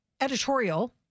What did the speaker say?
editorial